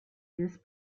this